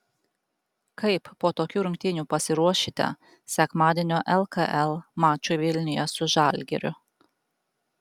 kaip po tokių rungtynių pasiruošite sekmadienio lkl mačui vilniuje su žalgiriu